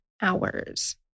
hours